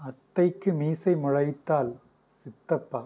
அத்தைக்கு மீசை முளைத்தால் சித்தப்பா